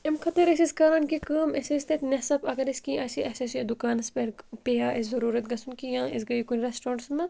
اَمہِ خٲطٕرۍ ٲسۍ أسۍ کَران کہِ کٲم أسۍ ٲسۍ تَتہِ نٮ۪صٕف اگر أسۍ کینٛہہ آسہِ ہے اَسہِ آسہِ ہے دُکانَس پٮ۪ٹھ پیٚیہِ ہہ اَسہِ ضٔروٗرَتھ گژھُن کینٛہہ یا أسۍ گٔے کُنہِ رٮ۪سٹرٛانٛٹَس منٛز